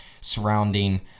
surrounding